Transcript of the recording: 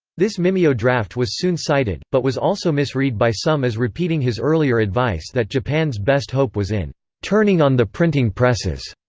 this mimeo-draft was soon cited, but was also misread by some as repeating his earlier advice that japan's best hope was in turning on the printing presses,